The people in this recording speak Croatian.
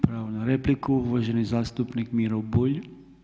Pravo na repliku uvaženi zastupnik Miro Bulj.